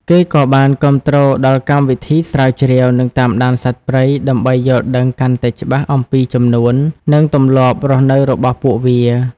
គេក៏បានគាំទ្រដល់កម្មវិធី ស្រាវជ្រាវ និងតាមដានសត្វព្រៃ ដើម្បីយល់ដឹងកាន់តែច្បាស់អំពីចំនួន និងទម្លាប់រស់នៅរបស់ពួកវា។